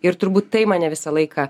ir turbūt tai mane visą laiką